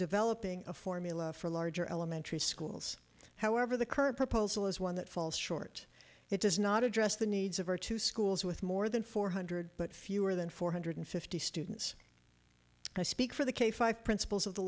developing a formula for larger elementary schools however the current proposal is one that falls short it does not address the needs of our two schools with more than four hundred but fewer than four hundred fifty students i speak for the k five principles of the